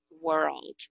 world